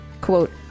quote